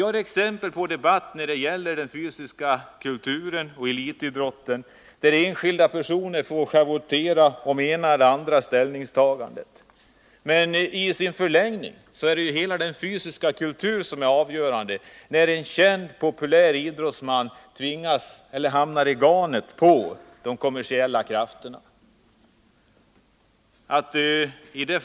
Det finns i debatten om den fysiska kulturen och elitidrotten exempel på att enskilda personer fått schavottera i anslutning till olika ställningstaganden. I sin förlängning är det hela den fysiska kulturen som ifrågasätts när en känd och populär idrottsman hamnar i de kommersiella krafternas garn.